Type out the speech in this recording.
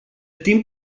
timp